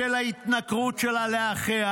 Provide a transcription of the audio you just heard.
בשל ההתנכרות שלה לאחיה,